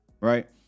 right